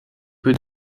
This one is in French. peu